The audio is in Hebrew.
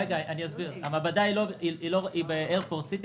המעבדה היא באיירפורט-סיטי.